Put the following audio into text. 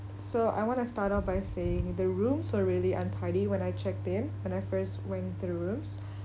so I want to start off by saying the rooms were really untidy when I checked in when I first went to the rooms